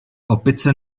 opice